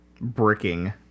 Bricking